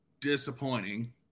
disappointing